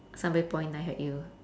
somebody point knife at you